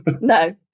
No